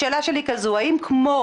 השאלה שלי היא כזו האם כמו,